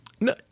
no